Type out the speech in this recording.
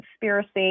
conspiracy